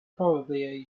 probably